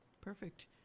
perfect